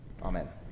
Amen